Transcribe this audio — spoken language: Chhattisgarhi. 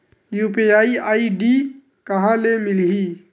यू.पी.आई आई.डी कहां ले मिलही?